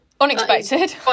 Unexpected